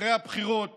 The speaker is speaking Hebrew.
אחרי הבחירות